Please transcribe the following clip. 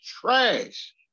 trash